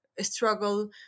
Struggle